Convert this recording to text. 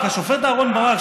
השופט אהרן ברק,